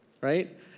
right